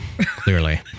clearly